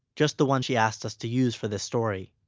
just the one she asked us to use for this story.